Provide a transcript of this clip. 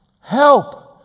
Help